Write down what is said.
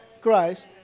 Christ